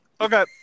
Okay